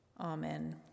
Amen